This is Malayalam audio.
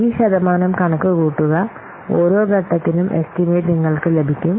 ഈ ശതമാനം കണക്കുകൂട്ടുക ഓരോ ഘട്ടത്തിനും എസ്റ്റിമേറ്റ് നിങ്ങൾക്ക് ലഭിക്കും